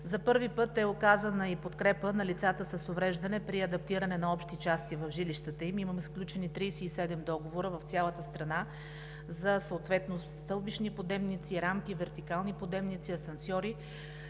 За първи път е оказана и подкрепа на лицата с увреждане при адаптиране на общи части в жилищата им. Имаме сключени 37 договора в цялата страна, съответно за стълбищни подемници, рампи, вертикални подемници, асансьори.